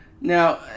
Now